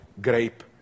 grape